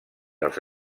els